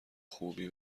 خوبی